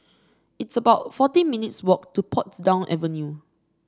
it's about fourteen minutes' walk to Portsdown Avenue